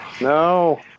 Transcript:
No